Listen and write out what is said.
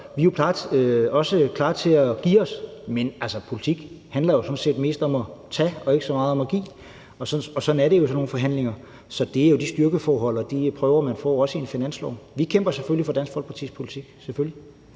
Vi er også klar til at give os, men altså, politik handler sådan set mest om at tage og ikke så meget om at give; sådan er det jo i sådan nogle forhandlinger. Det er de styrkeforhold og de prøver, man får, også i en finanslovsforhandling. Vi kæmper selvfølgelig for Dansk Folkepartis politik – selvfølgelig.